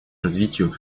развитию